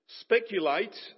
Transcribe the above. speculate